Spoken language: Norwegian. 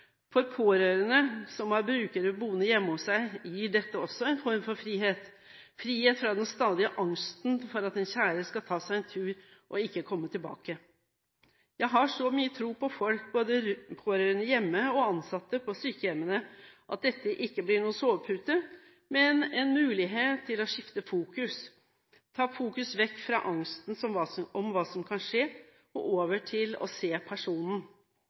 For pårørende som har brukere boende hjemme hos seg, gir dette også en form for frihet – frihet fra den stadige angsten for at den kjære skal ta seg en tur og ikke komme tilbake. Jeg har så mye tro på folk – både pårørende hjemme og ansatte på sykehjemmene – at dette ikke blir noen sovepute, men en mulighet til å skifte fokus, til å ta fokus vekk fra angsten for hva som kan skje og over til å se personen.